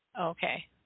Okay